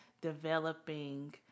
developing